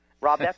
Rob